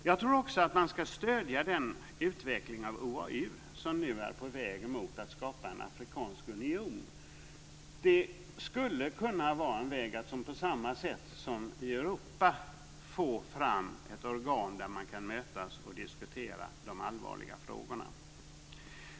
Jag tror också att man ska stödja den utveckling av OAU som nu är på väg mot att skapa en afrikansk union. Det skulle kunna vara en väg att på samma sätt som i Europa få fram ett organ där man kan mötas och diskutera de allvarliga frågorna.